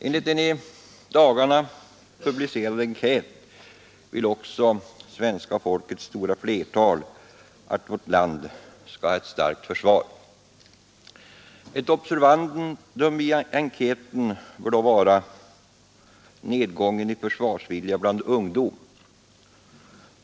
Enligt en i dagarna publicerad enkät vill också svenska folkets stora flertal att vårt land skall ha ett starkt försvar. Ett observandum i enkäten borde vara nedgången i försvarsviljan bland ungdomen.